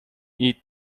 eat